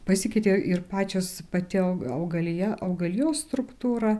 pasikeitė ir pačios pati augalija augalijos struktūra